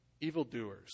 evildoers